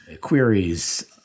queries